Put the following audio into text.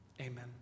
amen